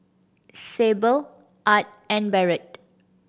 Sable Art and Barrett